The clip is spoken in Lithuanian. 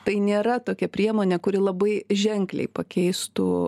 tai nėra tokia priemonė kuri labai ženkliai pakeistų